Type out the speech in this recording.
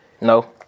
no